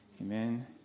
Amen